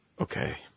Okay